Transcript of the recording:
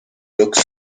bloc